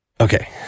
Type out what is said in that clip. Okay